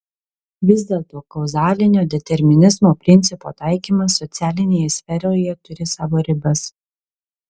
vis dėlto kauzalinio determinizmo principo taikymas socialinėje sferoje turi savo ribas